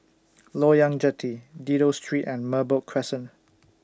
Loyang Jetty Dido Street and Merbok Crescent